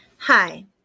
Hi